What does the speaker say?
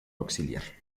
auxiliar